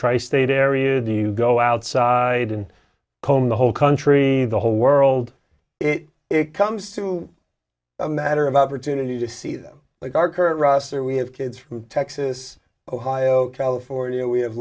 tri state area do you go outside and comb the whole country the whole world it comes to a matter of opportunity to see them like our current roster we have kids from texas ohio california we have